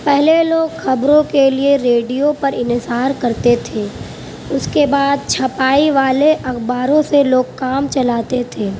پہلے لوگ خبروں کے لئے ریڈیو پر انحصار کرتے تھے اس کے بعد چھپائی والے اخباروں سے لوگ کام چلاتے تھے